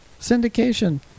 Syndication